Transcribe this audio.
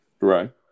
Right